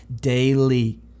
daily